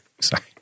Sorry